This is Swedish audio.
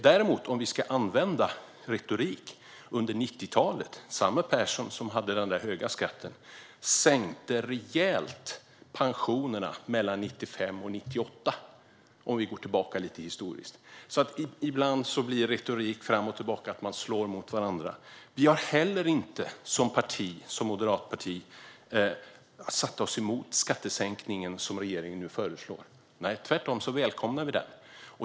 Om vi nu ska använda retorik och för att gå tillbaka lite grann historiskt: Under 90-talet, mellan 1995 och 1998, sänkte däremot samme Persson som hade den där höga skatten pensionerna rejält. Ibland leder retorik fram och tillbaka till att man slår mot varandra. Moderaterna har inte heller som parti satt sig emot den skattesänkning som regeringen nu föreslår. Tvärtom välkomnar vi den.